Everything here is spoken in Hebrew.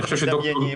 מה אתם מדמיינים?